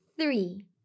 three